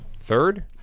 third